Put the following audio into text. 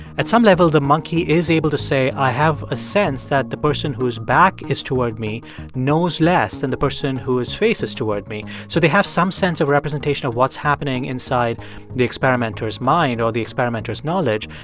at some level, the monkey is able to say, i have a sense that the person whose back is toward me knows less than the person whose face is toward me so they have some sense of representation of what's happening inside the experimenter's mind or the experimenter's knowledge.